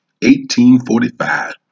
1845